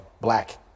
black